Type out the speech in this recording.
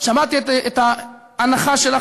שמעתי את האנחה שלך,